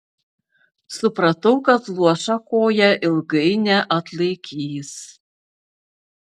supratau kad luoša koja ilgai neatlaikys